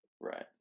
Right